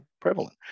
prevalent